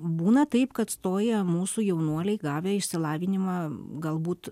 būna taip kad stoja mūsų jaunuoliai gavę išsilavinimą galbūt